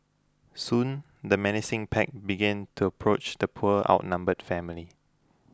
soon the menacing pack began to approach the poor outnumbered family